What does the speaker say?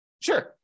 Sure